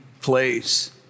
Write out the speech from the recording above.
place